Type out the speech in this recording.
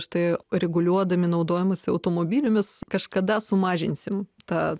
štai reguliuodami naudojimąsi automobiliumis kažkada sumažinsim tą